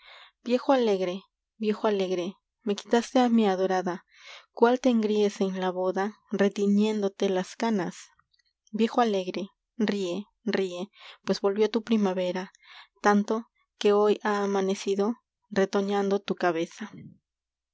viejo alegre viejo alegre me quitaste á mi adorada cuál te engríes en la boda retiñéndote las canas iii viejo alegre ríe ríe pues volvió tu primavera hoy ha amanecido tanto que retoñando tu cabeza xxv